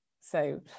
So-